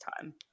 time